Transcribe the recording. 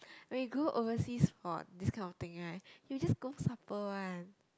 when you go overseas for this kind of thing right you will just go supper one